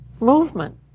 movement